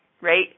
Right